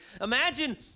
imagine